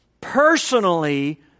personally